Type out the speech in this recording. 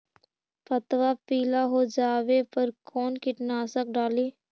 पतबा पिला हो जाबे पर कौन कीटनाशक डाली?